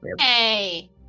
hey